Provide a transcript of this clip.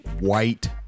white